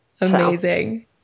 Amazing